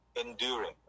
enduring